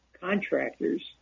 contractors